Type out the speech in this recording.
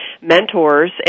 mentors